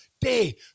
day